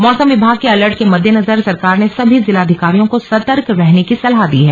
मौसम विभाग के अलर्ट के मद्देनजर सरकार ने सभी जिलाधिकारियों को सतर्क रहने की सलाह दी है